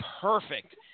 perfect